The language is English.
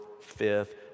fifth